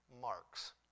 Marks